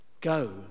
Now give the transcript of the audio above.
go